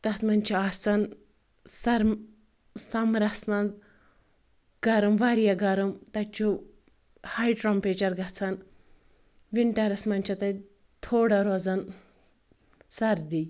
تتھ منٛز چھِ آسان سرم سمرس منٛز گرم واریاہ گرم تَتہٕ چُھ ہاے ٹمپریچر گژھان ونٹرس منٛز چھ تَتہِ تھوڑا روزان سردی